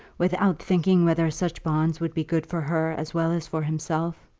without thinking whether such bonds would be good for her as well as for himself?